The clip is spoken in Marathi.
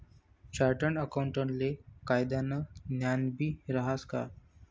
चार्टर्ड अकाऊंटले कायदानं ज्ञानबी रहास का